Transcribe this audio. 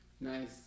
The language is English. Nice